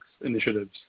initiatives